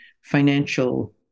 financial